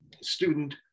student